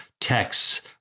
texts